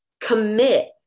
commit